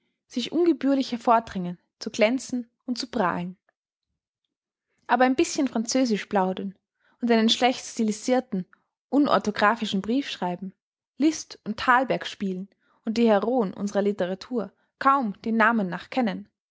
sich ungebührlich hervordrängen zu glänzen und zu prahlen aber ein bischen französisch plaudern und einen schlecht stylisirten unorthographischen brief schreiben lißt und thalberg spielen und die heroen unserer literatur kaum den namen nach kennen